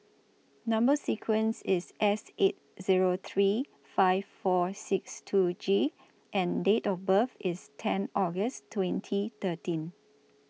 Number sequence IS S eight Zero three five four six two G and Date of birth IS ten August twenty thirteen